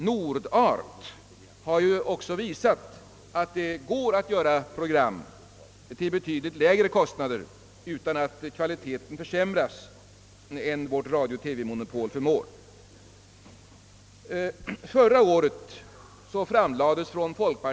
Nord-Art har också visat, att det går att göra program till betydligt lägre kostnader, utan att kvaliteten försämras, än vårt radio-TV-monopol förmår.